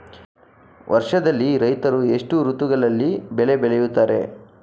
ವರ್ಷದಲ್ಲಿ ರೈತರು ಎಷ್ಟು ಋತುಗಳಲ್ಲಿ ಬೆಳೆ ಬೆಳೆಯುತ್ತಾರೆ?